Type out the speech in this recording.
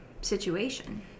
situation